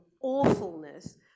awfulness